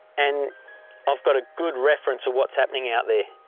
and i've got a good reference of what's happening out there.